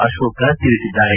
ಅಶೋಕ ತಿಳಿಸಿದ್ದಾರೆ